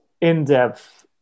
in-depth